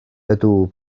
ydw